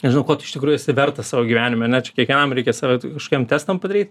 nežinau ko tu iš tikrųjų esi vertas savo gyvenime ane čia kiekvienam reikia save kažkokiem testam padaryt